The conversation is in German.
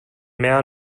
mehr